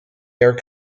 air